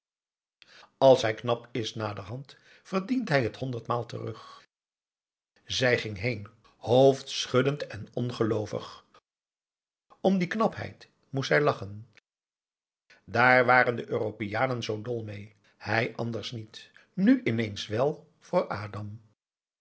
als hij knap is naderhand verdient hij het honderdmaal terug zij ging heen hoofdschuddend en ongeloovig om die knapheid moest zij lachen daar waren de europeanen zoo dol mee hij anders niet nu ineens wèl voor